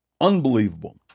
Unbelievable